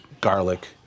garlic